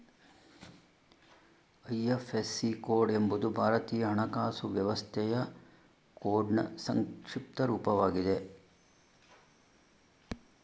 IFSC code ಎಂಬುದು ಭಾರತೀಯ ಹಣಕಾಸು ವ್ಯವಸ್ಥೆಯ ಕೋಡ್ನ್ ಸಂಕ್ಷಿಪ್ತ ರೂಪವಾಗಿದೆ